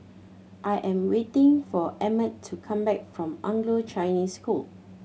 I am waiting for Emmett to come back from Anglo Chinese School